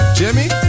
jimmy